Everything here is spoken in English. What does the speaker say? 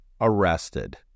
arrested